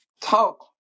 talk